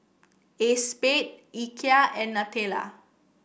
Acexspade Ikea and Nutella